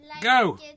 Go